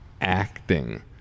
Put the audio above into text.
acting